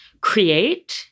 create